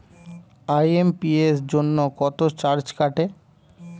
IMPS জন্য কত charge কাটে?